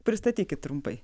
pristatykit trumpai